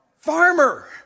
farmer